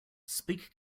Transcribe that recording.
speak